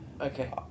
Okay